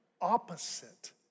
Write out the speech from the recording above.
opposite